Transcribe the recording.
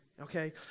okay